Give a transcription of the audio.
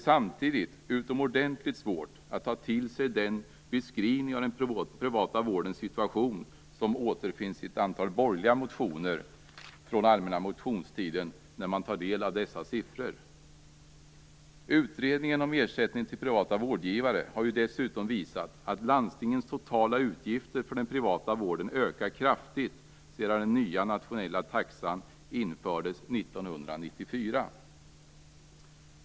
Samtidigt är det utomordentligt svårt att ta till sig den beskrivning av den privata vårdens situation som återfinns i ett antal borgerliga motioner från allmänna motionstiden, när man tar del av dessa siffror. Utredningen om ersättningen till privata vårdgivare har dessutom visat att landstingens totala utgifter för den privata vården ökat kraftigt sedan den nya nationella taxan infördes 1994.